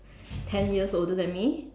ten years older than me